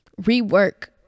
rework